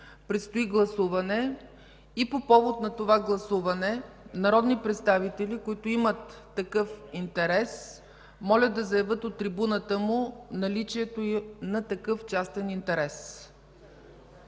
предстои гласуване. По повод на това гласуване народни представители, които имат такъв интерес, моля да заявят от трибуната наличието на такъв частен интерес.